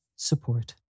Support